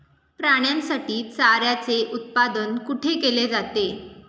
प्राण्यांसाठी चाऱ्याचे उत्पादन कुठे केले जाते?